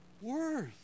worth